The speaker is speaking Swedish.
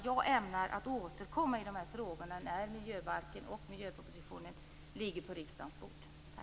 Jag ämnar att återkomma i dessa frågor när miljöbalken och miljöpropositionen ligger på riksdagens bord.